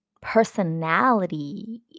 personality